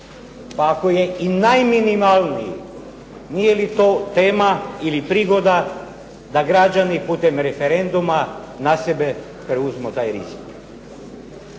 Pa ako je i najminimalniji nije li to tema ili prigoda da građani putem referenduma na sebe preuzmu taj rizik?